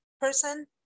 person